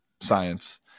science